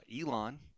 Elon